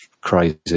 crazy